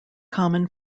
common